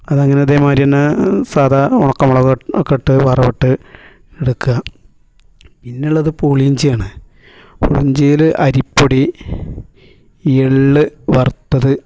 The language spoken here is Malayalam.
അതങ്ങനെ ഇതേ മാതിരി തന്നെ സാദാ ഉണക്കമുളക് ഒക്കെ ഇട്ട് വറവിട്ട് എടുക്കുക പിന്നെ ഉള്ളത് പുളിയിഞ്ചി ആണ് പുളിയിഞ്ചിയിൽ അരിപ്പൊടി എള്ള് വറുത്തത്